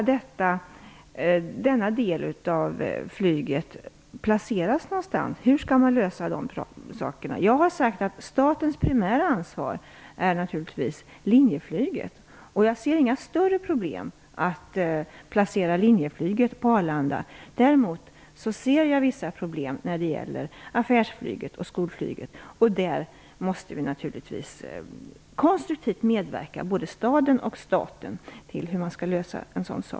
Var skall denna del av flygtrafiken placeras? Jag har sagt att statens primära ansvar naturligtvis är linjeflyget. Jag ser inga större problem att placera linjeflyget på Arlanda. Däremot ser jag vissa problem när det gäller affärsflyget och skolflyget. Både staten och staden måste naturligtvis konstruktivt medverka till hur det skall lösas.